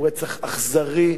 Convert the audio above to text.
הוא רצח אכזרי,